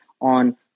on